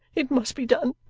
it must be done.